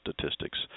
statistics